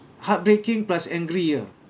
heartbreaking plus angry ah